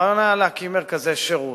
הרעיון היה להקים מרכזי שירות.